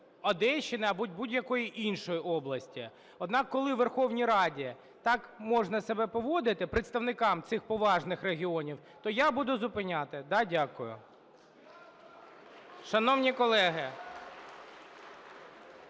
Одещини або будь-якої іншої області. Однак, коли у Верховній Раді так можна себе поводити представникам цих поважних регіонів, то я буду зупиняти. Дякую. Шановні колеги,